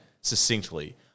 succinctly